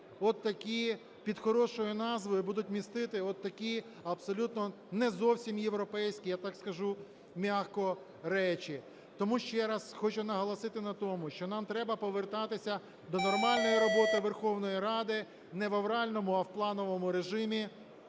отакі, під хорошою назвою будуть містити отакі, абсолютно, не зовсім європейські, я так скажу м'яко, речі. Тому ще раз хочу наголосити на тому, що нам треба повертатися до нормальної роботи Верховної Ради, не в авральному, а в плановому режимі,